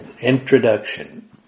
Introduction